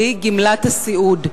והיא גמלת הסיעוד,